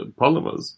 polymers